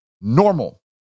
normal